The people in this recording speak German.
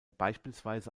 beispielsweise